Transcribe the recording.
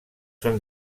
són